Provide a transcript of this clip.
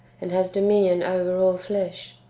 and has dominion over all flesh.